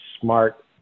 smart